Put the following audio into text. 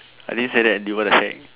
I didn't say that dude what the heck